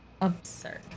absurd